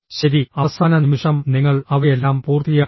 ശരി അവസാന നിമിഷം നിങ്ങൾ അവയെല്ലാം പൂർത്തിയാക്കി